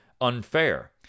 unfair